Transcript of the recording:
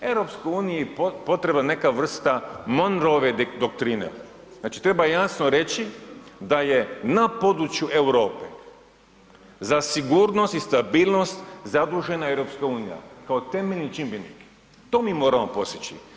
EU potrebna je neka vrsta Monroeve doktrine, znači treba jasno reći da je na području Europe za sigurnost i stabilnost zadužena EU kao temeljni čimbenik, to mi moramo postići.